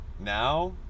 Now